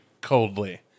coldly